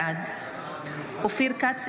בעד אופיר כץ,